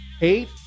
eight